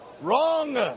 Wrong